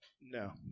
No